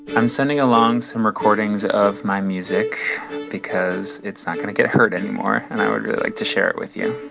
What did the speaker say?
i'm sending along some recordings of my music because it's not going to get heard anymore, and i would really like to share it with you